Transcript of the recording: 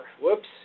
whoops